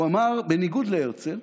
הוא אמר, בניגוד להרצל,